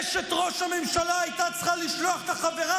אשת ראש הממשלה הייתה צריכה לשלוח את החברה